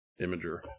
Imager